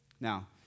Now